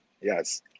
yes